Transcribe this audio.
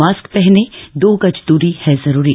mask पहनें दो गज दूरी है जरूरी